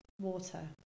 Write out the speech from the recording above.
water